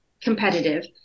competitive